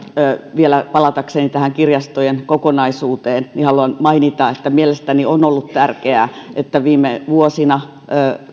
vielä palatakseni tähän kirjastojen kokonaisuuteen haluan mainita että mielestäni on ollut tärkeää että viime vuosina olemme